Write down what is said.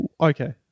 Okay